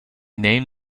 named